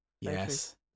Yes